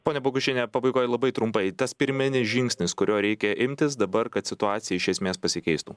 ponia bogušiene pabaigoj labai trumpai tas pirminis žingsnis kurio reikia imtis dabar kad situacija iš esmės pasikeistų